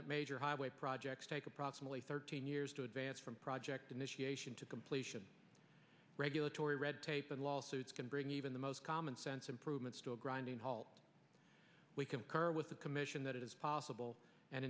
that major highway projects take approximately thirteen years to advance from project initiation to completion regulatory red tape and lawsuits can bring even the most common sense improvements to a grinding halt we concur with the commission that it is possible and